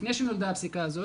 לפני שנולדה הפסיקה הזאת,